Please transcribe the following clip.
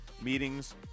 meetings